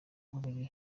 buri